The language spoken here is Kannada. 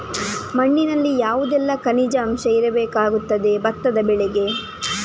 ಮಣ್ಣಿನಲ್ಲಿ ಯಾವುದೆಲ್ಲ ಖನಿಜ ಅಂಶ ಇರಬೇಕಾಗುತ್ತದೆ ಭತ್ತದ ಬೆಳೆಗೆ?